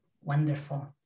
Wonderful